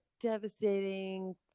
devastating